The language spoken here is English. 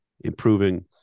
improving